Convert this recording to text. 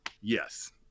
yes